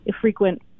frequent